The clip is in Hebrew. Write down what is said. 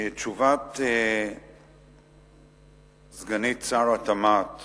תשובת סגנית שר התמ"ת